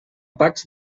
pacs